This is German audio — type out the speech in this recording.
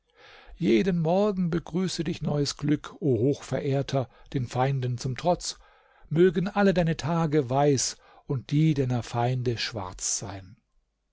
jeden morgen begrüße dich neues glück o hochverehrter den feinden zum trotz mögen alle deine tage weiß und die deiner feinde schwarz sein